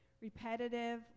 Repetitive